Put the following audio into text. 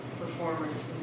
performers